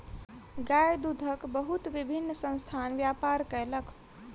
गाय दूधक बहुत विभिन्न संस्थान व्यापार कयलक